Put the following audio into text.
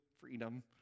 freedom